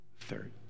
Third